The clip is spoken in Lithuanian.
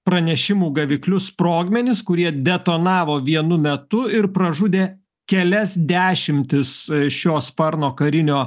pranešimų gaviklius sprogmenis kurie detonavo vienu metu ir pražudė kelias dešimtis šio sparno karinio